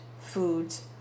foods